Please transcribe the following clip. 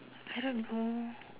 I don't know